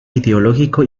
ideológico